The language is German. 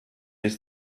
ist